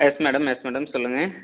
yes madam yes madam சொல்லுங்கள்